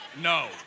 no